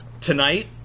tonight